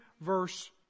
verse